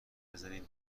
بزنین